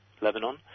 Lebanon